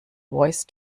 voice